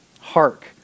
Hark